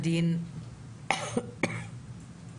עו"ד ברק לייזר להציג לנו באופן כללי את